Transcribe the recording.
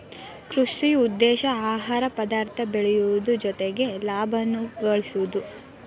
ಕೃಷಿ ಉದ್ದೇಶಾ ಆಹಾರ ಪದಾರ್ಥ ಬೆಳಿಯುದು ಜೊತಿಗೆ ಲಾಭಾನು ಗಳಸುದು